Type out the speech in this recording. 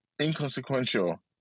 inconsequential